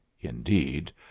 Indeed